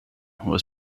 was